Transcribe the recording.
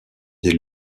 des